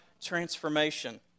transformation